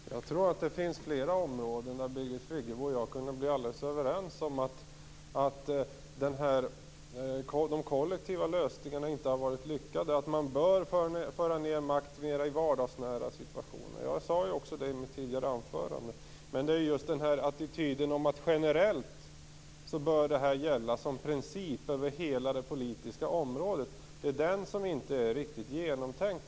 Herr talman! Jag tror att det finns flera områden där Birgit Friggebo och jag kunde bli alldeles överens om att de kollektiva lösningarna inte har varit lyckade och att man bör föra ned mer makt i vardagsnära situationer. Det sade jag också i mitt tidigare anförande. Men just tanken att det här bör gälla generellt som princip över hela det politiska området är inte riktigt genomtänkt.